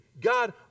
God